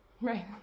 Right